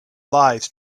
lives